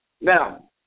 Now